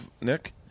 Nick